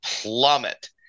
plummet